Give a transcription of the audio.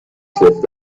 سفت